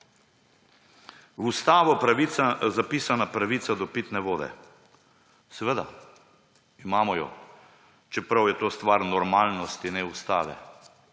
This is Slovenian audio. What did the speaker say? V ustavo zapisana pravica do pitne vode. Seveda, imamo jo. Čeprav je to stvar normalnosti, ne ustave.